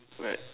right